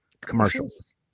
commercials